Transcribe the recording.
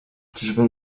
czyżbym